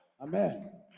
Amen